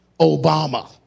Obama